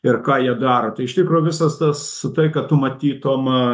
ir ką jie daro tai iš tikro visas tas tai kad tu matytum